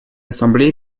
ассамблеи